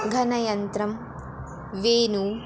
घनयन्त्रं वेणुः